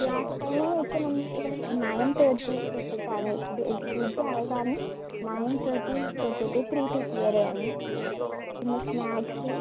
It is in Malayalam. ക്ലാസ്സ് ടൈമ് ഇപ്പോൾ നമ്മൾ ഇവിടെ നയൻ തേർട്ടി തൊട്ടിട്ടാണ് ഇത് എൽ കെ ജി ആയ കാരണം നയൻ തേർട്ടീൻ തൊട്ടിട്ട് ത്രീ തേർട്ടി വരെയാണ് പിന്നെ സ്നാക്സ്